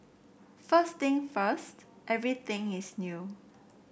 first thing first everything is new